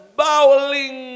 bowling